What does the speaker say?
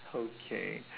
okay